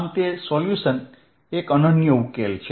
આમ તે સોલ્યુશન એક અનન્ય ઉકેલ છે